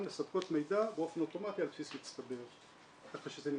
מספקות מידע באופן אוטומטי על בסיס מצטבר כך שזה נמשך,